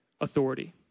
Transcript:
authority